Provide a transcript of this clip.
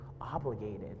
obligated